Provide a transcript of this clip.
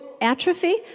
atrophy